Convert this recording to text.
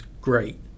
great